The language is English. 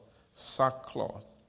Sackcloth